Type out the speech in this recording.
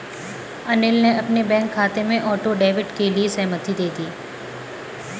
अनिल ने अपने बैंक खाते में ऑटो डेबिट के लिए सहमति दे दी